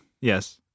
Yes